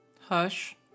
Hush